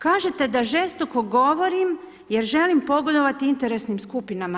Kažete da žestoko govorim jer želim pogodovati interesnim skupinama.